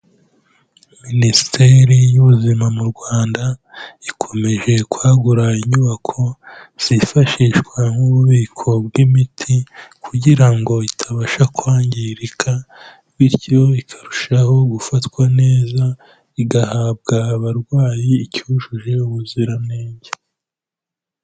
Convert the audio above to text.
Minisiteri y'ubuzima mu Rwanda ikomeje kwagura inyubako zifashishwa nk'ububiko bw'imiti kugira ngo itabasha kwangirika bityo ikarushaho gufatwa neza igahabwa abarwayi icyujuje ubuziranenge.